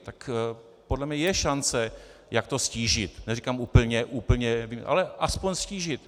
Tak podle mě je šance, jak to ztížit, neříkám úplně, ale alespoň ztížit.